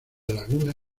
laguna